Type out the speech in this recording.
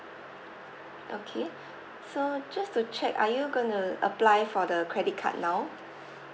okay so just to check are you gonna apply for the credit card now